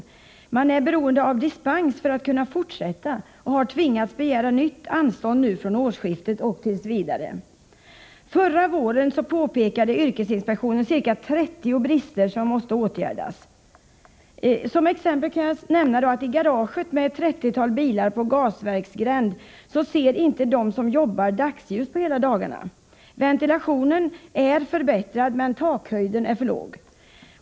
Polisen är beroende av dispens för att kunna fortsätta arbeta i lokalerna och har tvingats begära nytt anstånd nu från årsskiftet som gäller t. v. Förra våren påpekade yrkesinspektionen ca 30 brister som måste åtgärdas. Som exempel kan jag nämna att de som jobbar i garaget på Gasverksgränd, med ett trettiotal bilar, inte ser dagsljus på hela dagen. Ventilationen är förbättrad, men takhöjden är för låg.